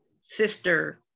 sister